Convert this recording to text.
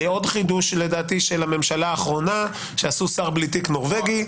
עוד חידוש לדעתי של הממשלה האחרונה שעשו שר בלי תיק נורבגי,